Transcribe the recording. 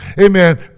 amen